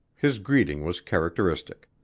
his greeting was characteristic.